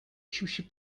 sushi